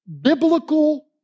biblical